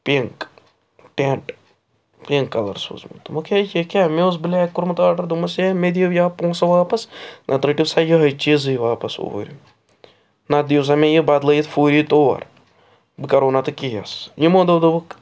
pink tent pink colour سوٗزمُت دوٚپمَکھ ہےٚ یہِ کیٛاہ مےٚ اوس بُلیک کوٚرمُت آرڈر دوٚپمَس ہےٚ مےٚ دِیِو یا پۅنٛسہٕ واپس نَتہٕ رٔٹِو سا یہَے چیٖزٕے واپس اوٗرۍ نَتہٕ دِیِو سا مےٚ یہِ بَدلٲوِتھ فوری طور بہٕ کَرہو نَتہٕ کیس یمو دوٚپ دوٚپُکھ